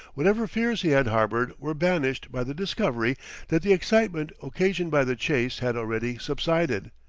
whatever fears he had harbored were banished by the discovery that the excitement occasioned by the chase had already subsided.